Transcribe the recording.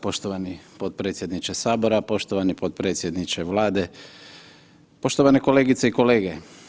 Poštovani potpredsjedniče Sabora, poštovani potpredsjedniče Vlade, poštovane kolegice i kolege.